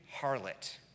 harlot